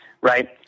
Right